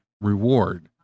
reward